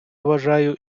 вважаю